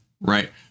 right